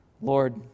Lord